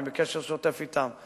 אני בקשר שוטף אתן.